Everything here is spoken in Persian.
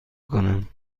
کنم